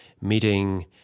meeting